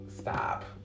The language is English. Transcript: stop